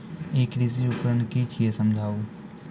ई कृषि उपकरण कि छियै समझाऊ?